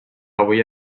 avui